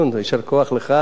יישר כוח לך,